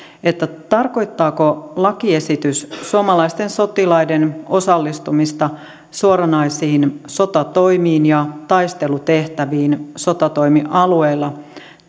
tarkoittaako lakiesitys suomalaisten sotilaiden osallistumista suoranaisiin sotatoimiin ja taistelutehtäviin sotatoimialueella